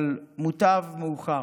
אבל מוטב מאוחר.